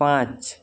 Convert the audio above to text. পাঁচ